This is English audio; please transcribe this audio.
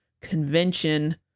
convention